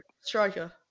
striker